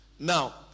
Now